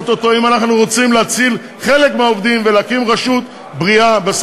אם אנחנו רוצים להציל חלק מהעובדים ולהקים רשות בריאה.